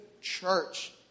church